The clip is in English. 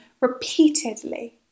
repeatedly